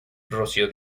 rocío